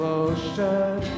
ocean